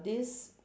this